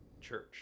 church